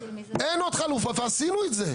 אין עוד חלופות ועשינו את זה.